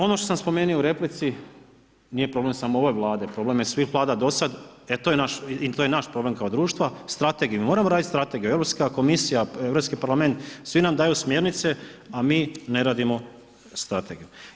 Ono što sam spomenuo u replici, nije problem samo ove Vlade, problem je svih Vlada do sad, e to je naš problem kao društva, strategiju, mi moramo raditi strategiju, Europska komisija, Europski parlament, svi nam daju smjernice, a mi ne radimo strategiju.